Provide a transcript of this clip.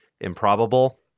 improbable